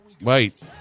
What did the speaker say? Wait